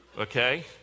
okay